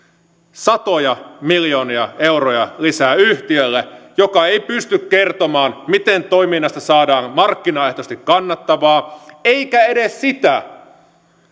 satoja miljoonia euroja lisää yhtiölle joka ei pysty kertomaan sitä miten toiminnasta saadaan markkinaehtoisesti kannattavaa eikä edes sitä